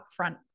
upfront